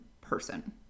person